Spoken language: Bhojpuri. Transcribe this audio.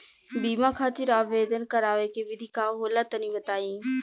बीमा खातिर आवेदन करावे के विधि का होला तनि बताईं?